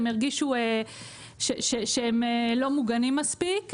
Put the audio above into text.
הם הרגישו שהם לא מוגנים מספיק.